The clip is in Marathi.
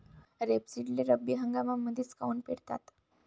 रेपसीडले रब्बी हंगामामंदीच काऊन पेरतात?